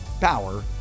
power